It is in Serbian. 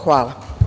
Hvala.